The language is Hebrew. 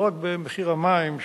לא רק במחיר המים,